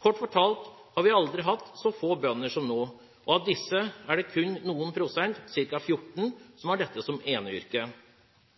Kort fortalt har vi aldri hatt så få bønder som nå, og av disse er det kun noen prosent, ca. 14, som har dette som